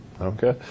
Okay